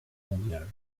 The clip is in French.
mondiale